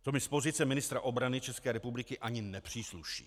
To mi z pozice ministra obrany České republiky ani nepřísluší.